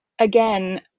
again